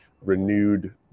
renewed